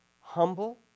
Humble